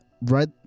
right